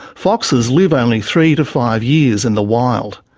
foxes live only three to five years in the wild.